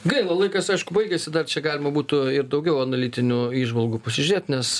gaila laikas baigėsi dar čia galima būtų ir daugiau analitinių įžvalgų pasižiūrėt nes